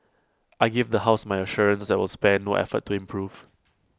I give the house my assurance that we will spare no effort to improve